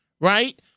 right